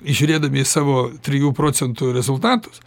žiūrėdami į savo trijų procentų rezultatus